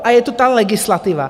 A je tu ta legislativa.